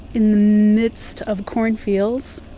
in the midst of cornfie lds